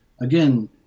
again